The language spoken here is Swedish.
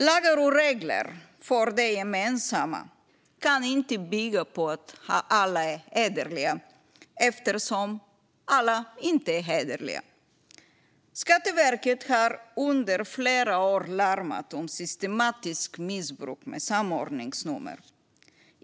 Lagar och regler för det gemensamma kan inte bygga på att alla är hederliga - eftersom alla inte är hederliga. Skatteverket har under flera år larmat om systematiskt missbruk av samordningsnummer.